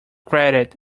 credit